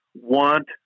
want